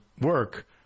work